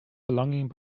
belonging